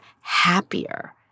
happier